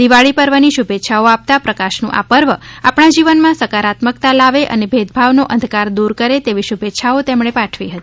દિવાળી પર્વની શુભેચ્છાઓ આપતાં પ્રકાશનું આ પર્વ આપણા જીવનમાં સકારાત્મકતા લાવે અને ભેદભાવનો અંધકાર દુર કરે તેવી શુભેચ્છાઓ પાઠવી હતી